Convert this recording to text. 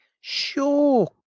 Sure